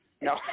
No